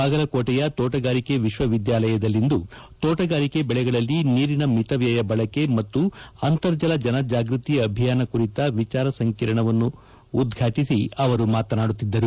ಬಾಗಲಕೋಟೆಯ ತೋಣಗಾರಿಕೆ ವಿಶ್ವವಿದ್ಯಾನಿಲಯದಲ್ಲಿಂದು ತೋಣಗಾರಿಕೆ ಬೆಳೆಗಳಲ್ಲಿ ನೀರಿನ ಮಿತವ್ಯಯ ಬಳಕೆ ಮತ್ತು ಅಂತರ್ಜಲ ಜನಜಾಗೃತಿ ಅಭಿಯಾನ ಕುರಿತ ವಿಚಾರ ಸಂಕಿರಣವನ್ನು ಉದ್ಘಾಟಿಸಿ ಅವರು ಮಾತನಾಡುತ್ತಿದ್ದರು